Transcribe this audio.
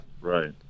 Right